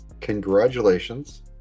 congratulations